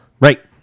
right